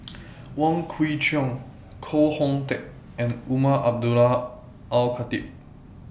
Wong Kwei Cheong Koh Hoon Teck and Umar Abdullah Al Khatib